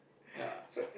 ya